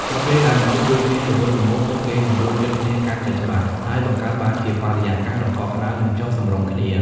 នៅពេលដែលមនុស្សជួយគ្នាទៅវិញទៅមក ពួកគេនឹងយល់ចិត្តគ្នាកាន់តែច្បាស់ ហើយបង្កើតបានជាបរិយាកាសដ៏កក់ក្តៅ និងចុះសម្រុងគ្នា។